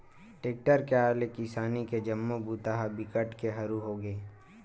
tractor के आए ले किसानी के जम्मो बूता ह बिकट के हरू होगे